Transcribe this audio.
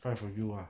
five of you ah